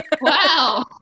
Wow